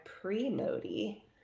pre-Modi